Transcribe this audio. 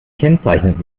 kennzeichnet